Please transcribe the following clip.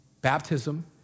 Baptism